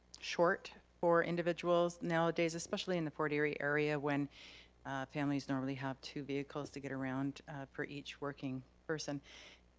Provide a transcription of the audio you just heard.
short for individuals now-a-days, especially in the fort erie area when families normally have two vehicles to get around for each working person.